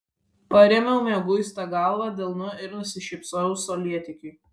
parėmiau mieguistą galvą delnu ir nusišypsojau saulėtekiui